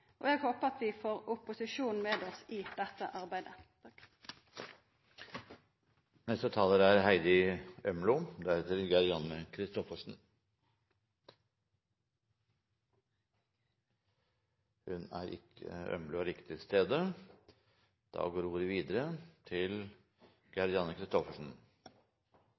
og eg håpar vi får opposisjonen med oss i dette arbeidet. Neste taler er representanten Heidi Ørnlo. Heidi Ørnlo er ikke til stede, så da går ordet til representanten Gerd